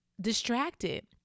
distracted